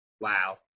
Wow